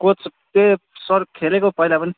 coach त्यही sir खेलेको हो पहिला पनि